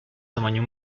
tamaño